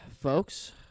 folks